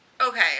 Okay